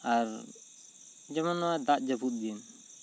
ᱟᱨ ᱡᱮᱢᱚᱱ ᱱᱚᱣᱟ ᱫᱟᱜ ᱡᱟᱹᱯᱤᱫ ᱫᱤᱱ